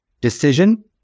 decision